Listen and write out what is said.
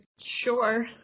sure